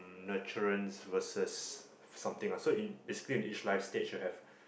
nurturance versus something ah so in basically in each life stage you have